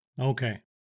Okay